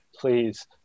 Please